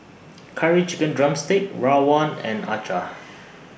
Curry Chicken Drumstick Rawon and Acar